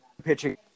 pitching